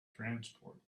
transport